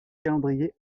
calendrier